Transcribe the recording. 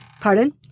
pardon